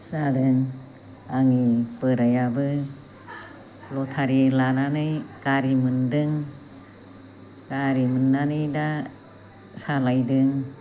जादों आंनि बोरायाबो लटारि लानानै गारि मोनदों गारि मोननानै दा सालायदों